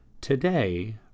Today